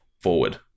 forward